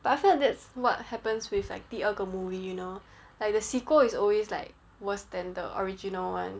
but I feel like that's what happens with 第二个 movie you know like the sequel is always like worse than the original [one]